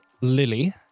lily